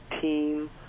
team